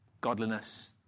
godliness